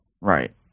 right